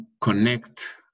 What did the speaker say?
connect